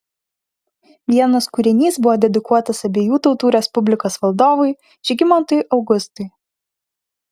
vienas kūrinys buvo dedikuotas abiejų tautų respublikos valdovui žygimantui augustui